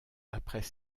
après